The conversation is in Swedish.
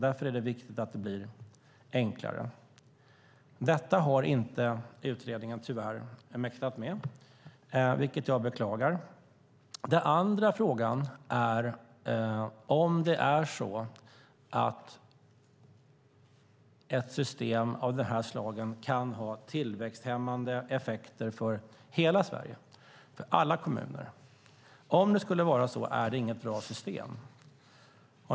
Därför är det viktigt att det blir enklare. Det har utredningen tyvärr inte mäktat med, vilket jag beklagar. Den andra frågan är om ett system av det här slaget kan ha tillväxthämmande effekter för hela Sverige, för alla kommuner. Om det skulle vara så är det inget bra system.